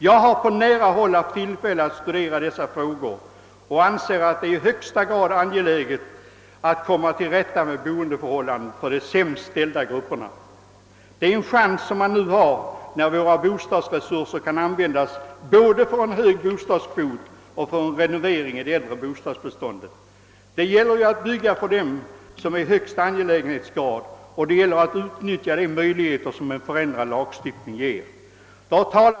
Jag har på nära håll haft tillfälle att studera dessa frågor och anser det vara i högsta grad angeläget att komma till rätta med boendeförhållandena för de sämst ställda grupperna. Härvidlag har man nu en chans när våra bostadsresurser kan användas både för en hög bostadskvot och för en renovering i det äldre bostadsbeståndet. Det gäller ju att bygga för dem som har det största behovet av bostäder, och det gäller att utnyttja de möjligheter som en förändrad lagstiftning ger.